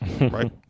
right